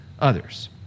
others